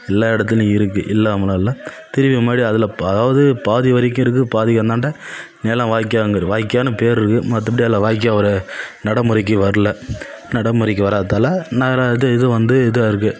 எல்லா இடத்துலியும் இருக்குது இல்லாமலாம் இல்லை திரும்பி மறுபடி அதில் ப அதாவது பாதி வரைக்கும் இருக்கும் பாதிக்கு அந்தாண்ட நிலம் வாய்க்காங்கிரு வாய்க்கால்னு பேர் இருக்குது மற்றபடி அதில் வாய்க்கால் ஒரு நடைமுறைக்கி வரல நடைமுறைக்கி வராததால நகரை இது இது வந்து இதாக இருக்குது